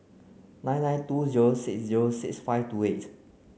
nine nine two zero six zero six five two eight